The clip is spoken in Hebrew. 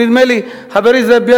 חברי חבר